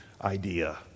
idea